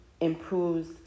improves